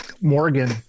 Morgan